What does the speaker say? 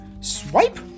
Swipe